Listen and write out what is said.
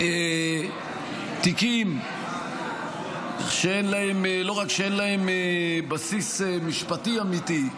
מתיקים שלא רק שאין להם בסיס משפטי אמיתי,